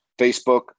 Facebook